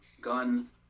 Gun